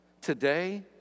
Today